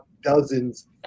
dozens